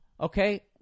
okay